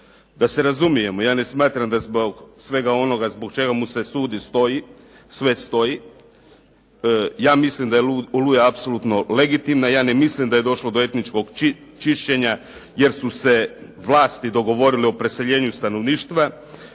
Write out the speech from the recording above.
Da se razumijemo, ja ne smatram da zbog svega onoga zbog čega mu se sudi sve stoji. Ja mislim da je "Oluja" apsolutno legitimna. Ja ne mislim da je došlo do etničkog čišćenja jer su se vlasti dogovorile o preseljenju stanovništva